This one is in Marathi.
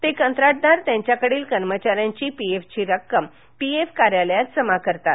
ते कंत्राटदार त्यांच्याकडील कर्मचार्यांची पीएफ ची रक्कम पीएफ कार्यालयात जमा करतात